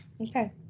Okay